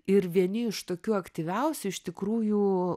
ir vieni iš tokių aktyviausių iš tikrųjų